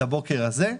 נכון לבוקר הזה.